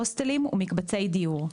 הוסטלים ומקבצי דיור,